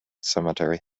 cemetery